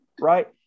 right